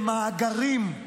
במאגרים,